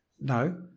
No